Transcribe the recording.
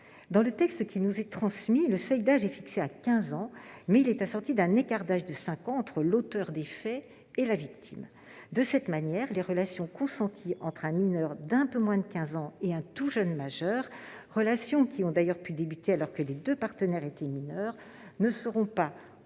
Dans le texte qui nous est transmis, le seuil d'âge est fixé à 15 ans, mais il est assorti d'un écart d'âge de cinq ans entre l'auteur des faits et la victime : de cette manière, les relations consenties entre un mineur âgé d'un peu moins de 15 ans et un tout jeune majeur, relations qui ont d'ailleurs pu débuter alors que les deux partenaires étaient mineurs, ne seront pas